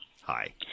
Hi